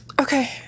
Okay